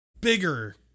bigger